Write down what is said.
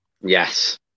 Yes